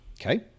Okay